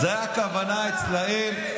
זה הכוונה אצלם.